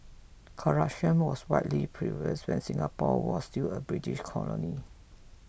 corruption was widely prevalent when Singapore was still a British colony